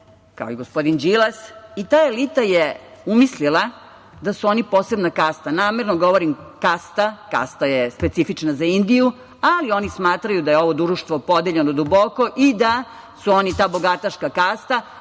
kao i gospodin Đilas, i ta elita je umislila da su oni posebna kasta. Namerno govorim – kasta, kasta je specifična za Indiju, ali oni smatraju da je ovo društvo podeljeno duboko i da su oni ta bogataška kasta,